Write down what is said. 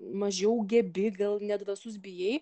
mažiau gebi gal nedrąsus bijai